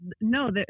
no